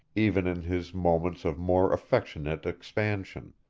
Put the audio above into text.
even in his moments of more affectionate expansion.